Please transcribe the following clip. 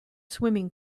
swimming